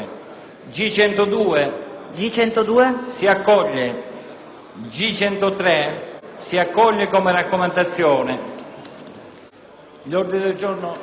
G103 siano accolti come raccomandazione.